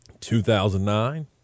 2009